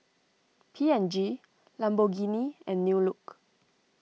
P and G Lamborghini and New Look